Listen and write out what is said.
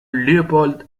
léopold